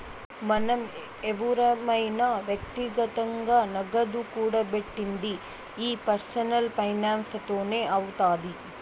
మనం ఎవురమైన వ్యక్తిగతంగా నగదు కూడబెట్టిది ఈ పర్సనల్ ఫైనాన్స్ తోనే అవుతాది